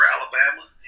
Alabama